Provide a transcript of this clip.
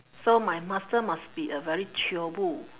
so my master must be a very chiobu